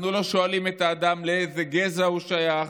אנחנו לא שואלים את האדם לאיזה גזע הוא שייך,